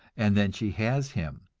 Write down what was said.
and then she has him,